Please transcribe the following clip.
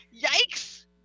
yikes